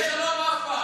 לא תגיעו לשלום אף פעם.